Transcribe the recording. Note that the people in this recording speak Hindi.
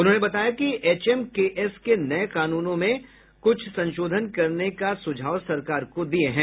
उन्होंने बताया कि एचएमकेएस ने नये कानूनों में कुछ संशोधन करने का सुझाव सरकार को दिये हैं